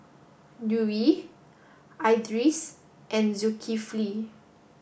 Dewi Idris and Zulkifli